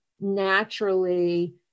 naturally